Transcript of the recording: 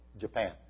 Japan